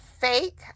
fake